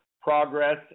progress